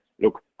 Look